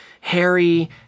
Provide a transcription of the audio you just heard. Harry